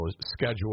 schedule